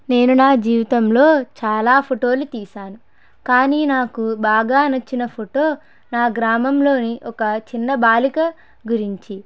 నేను నా జీవితంలో చాలా ఫోటోలు తీశాను కానీ నాకు బాగా నచ్చిన ఫోటో నా గ్రామంలోని ఒక చిన్న బాలిక గురించి